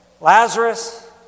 Lazarus